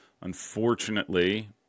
Unfortunately